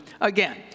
again